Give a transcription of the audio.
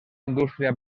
indústria